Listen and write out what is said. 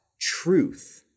truth